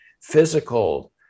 physical